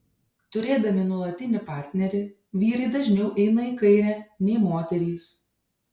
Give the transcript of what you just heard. turėdami nuolatinį partnerį vyrai dažniau eina į kairę nei moterys